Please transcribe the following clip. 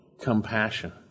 compassion